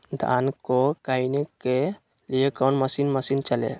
धन को कायने के लिए कौन मसीन मशीन चले?